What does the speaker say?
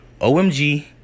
OMG